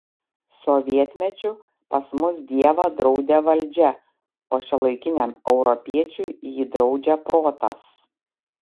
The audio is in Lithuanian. sovietmečiu pas mus dievą draudė valdžia o šiuolaikiniam europiečiui jį draudžia protas